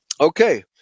Okay